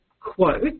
quote